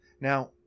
Now